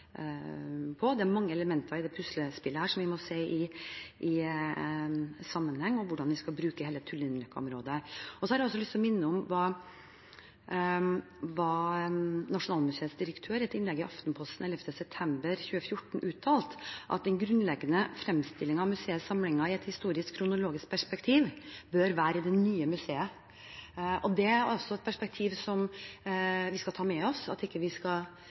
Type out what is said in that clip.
Det er mange elementer i dette puslespillet som vi må se i sammenheng med hensyn til hvordan vi skal bruke hele Tullinløkka-området. Så har jeg lyst til å minne om hva Nasjonalmuseets direktør uttalte i et innlegg i Aftenposten 11. september 2014: den grunnleggende fremstilling av museets samlinger i et historisk-kronologisk perspektiv bør være i det nye museet.» Det er et perspektiv som vi skal ta med oss, at vi ikke skal